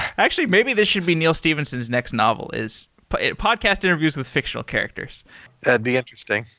actually, maybe this should be neal stephenson's next novel, is podcast interviews with fictional characters. that'd be interesting.